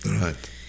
Right